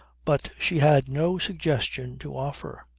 but she had no suggestion to offer.